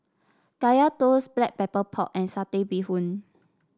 Kaya Toast Black Pepper Pork and Satay Bee Hoon